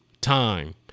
time